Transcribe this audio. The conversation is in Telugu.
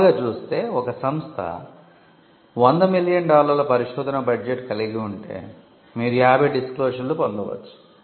సుమారుగా చూస్తే ఒక సంస్థ 100 మిలియన్ డాలర్ల పరిశోధన బడ్జెట్ కలిగి ఉంటే మీరు 50 డిస్క్లోశర్లు పొందవచ్చు